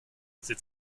c’est